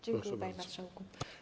Dziękuję, panie marszałku.